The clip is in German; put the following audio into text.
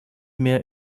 mehr